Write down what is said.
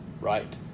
right